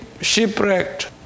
shipwrecked